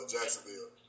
Jacksonville